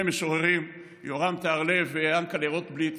משוררים: יורם טהרלב ויענקל'ה רוטבליט,